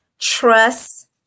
trust